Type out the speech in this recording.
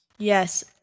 Yes